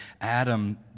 Adam